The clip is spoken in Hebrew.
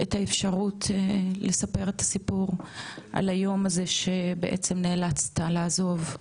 את האפשרות לספר את הסיפור על היום הזה שבעצם נאלצת לעזוב?